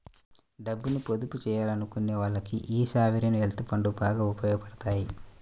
డబ్బుని పొదుపు చెయ్యాలనుకునే వాళ్ళకి యీ సావరీన్ వెల్త్ ఫండ్లు బాగా ఉపయోగాపడతాయి